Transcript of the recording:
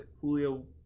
Julio